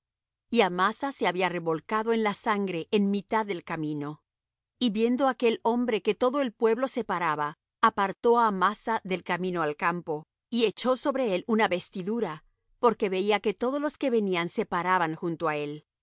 y amasa se había revolcado en la sangre en mitad del camino y viendo aquel hombre que todo el pueblo se paraba apartó á amasa del camino al campo y echó sobre él una vestidura porque veía que todos los que venían se paraban junto á él